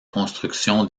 construction